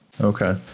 Okay